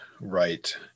right